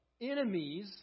enemies